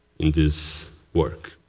in this work.